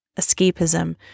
escapism